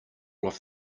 off